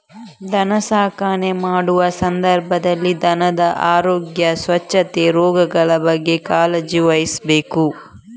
ದನ ಸಾಕಣೆ ಮಾಡುವ ಸಂದರ್ಭದಲ್ಲಿ ದನದ ಆರೋಗ್ಯ, ಸ್ವಚ್ಛತೆ, ರೋಗಗಳ ಬಗ್ಗೆ ಕಾಳಜಿ ವಹಿಸ್ಬೇಕು